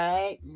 Right